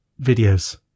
videos